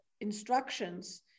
instructions